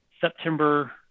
September